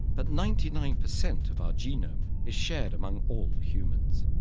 but ninety nine percent of our genome is shared among all humans.